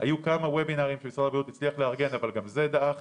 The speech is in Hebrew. היו כמה וובינרים שמשרד הבריאות הצליח לארגן אבל גם זה דעך